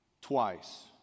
twice